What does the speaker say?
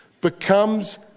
becomes